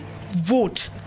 vote